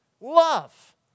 love